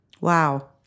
wow